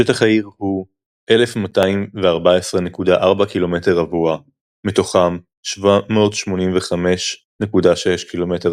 שטח העיר הוא 1,214.4 קמ"ר מתוכם 785.6 קמ"ר